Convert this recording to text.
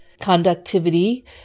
conductivity